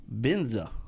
benza